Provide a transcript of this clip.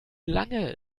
lange